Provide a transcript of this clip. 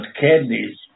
candies